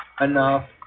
enough